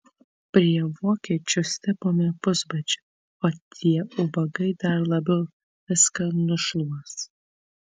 prie vokiečių stipome pusbadžiu o tie ubagai dar labiau viską nušluos